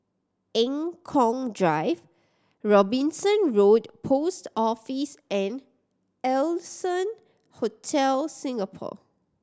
Eng Kong Drive Robinson Road Post Office and Allson Hotel Singapore